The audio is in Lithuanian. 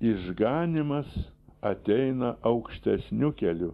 išganymas ateina aukštesniu keliu